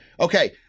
Okay